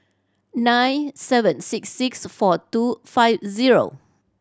nine seven six six four two five zero